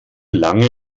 lange